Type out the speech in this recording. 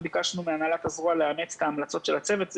אנחנו ביקשנו מהנהלת הזרוע לאמץ את ההמלצות של הצוות.